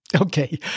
Okay